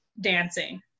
dancing